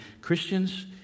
Christians